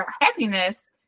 happiness